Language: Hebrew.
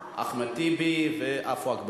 אכן, בעד,